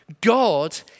God